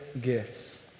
gifts